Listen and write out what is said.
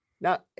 Now